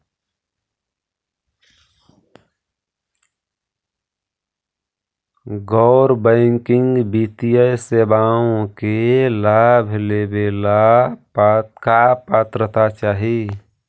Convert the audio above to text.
गैर बैंकिंग वित्तीय सेवाओं के लाभ लेवेला का पात्रता चाही?